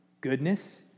goodness